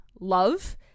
love